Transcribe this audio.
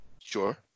Sure